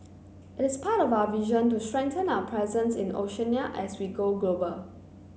it is part of our vision to strengthen our presence in Oceania as we go global